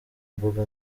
imbuga